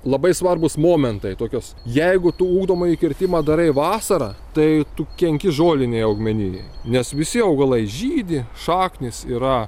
labai svarbūs momentai tokios jeigu tu ugdomąjį kirtimą darai vasarą tai tu kenki žolinei augmenijai nes visi augalai žydi šaknys yra